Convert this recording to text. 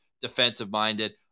defensive-minded